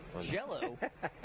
Jell-O